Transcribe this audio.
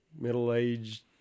middle-aged